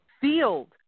field